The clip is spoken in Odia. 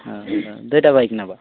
ହଁ ହଁ ଦୁଇଟା ବାଇକ୍ ନେବା